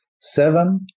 seven